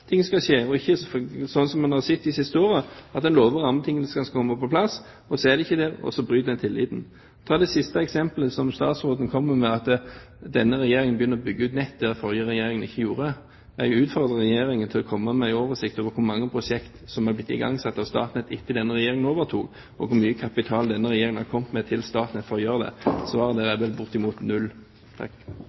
ting skal skje, og det må ikke være slik, som vi har sett de siste årene, at en lover at rammebetingelsene skal komme på plass, så skjer det ikke, og så brytes tilliten. Til det siste eksemplet som statsråden kom med, at denne regjeringen begynner å bygge ut nett som den forrige regjeringen ikke gjorde: Jeg utfordrer Regjeringen til å komme med en oversikt over hvor mange prosjekter som er blitt igangsatt av Statnett etter at denne regjeringen overtok, og hvor mye kapital denne regjeringen har kommet med til Statnett for å gjøre det. Svaret er vel: Bortimot null!